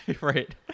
right